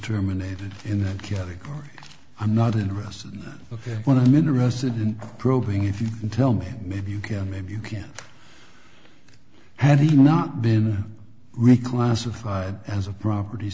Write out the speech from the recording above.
terminated in that category i'm not interested in a fair one i'm interested in probing if you can tell me maybe you can maybe you can had he not been reclassified as a property